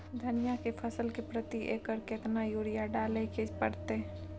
धनिया के फसल मे प्रति एकर केतना यूरिया डालय के परतय?